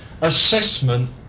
assessment